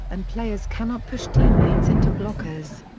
and players cannot push teammates into blockers.